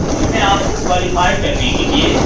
जिस में आपको क्वालीफ़ाई करने के लिए